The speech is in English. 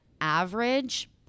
average